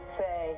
say